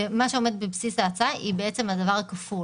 ומה שעומד בבסיס ההצעה היא בעצם הדבר הכפול.